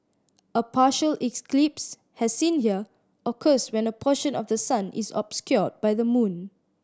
a partial as seen here occurs when a portion of the sun is obscured by the moon